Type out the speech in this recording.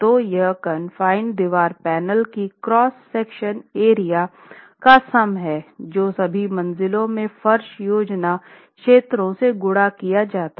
तो यह कानफाइनेड दीवार पैनल की क्रॉस सेक्शनल एरिया का सम हैं जो सभी मंजिलों में फर्श योजना क्षेत्रों से गुणा किया जाता है